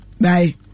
Bye